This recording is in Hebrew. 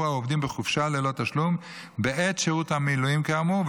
העובדים בחופשה ללא תשלום בעת שירות המילואים כאמור,